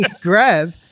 grab